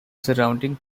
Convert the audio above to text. surrounding